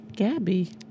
Gabby